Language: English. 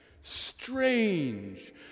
strange